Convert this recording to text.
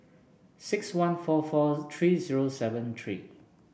six one four four three zero seven three